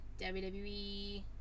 WWE